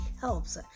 helps